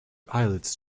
eyelids